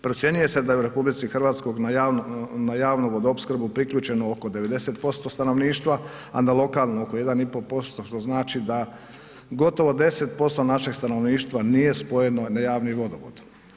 Procjenjuje se da je u RH na javnu vodoopskrbu priključeno oko 90% stanovništva a na lokalnu oko 1,5% što znači da gotovo 10% našeg stanovništva nije spojeno na javni vodovod.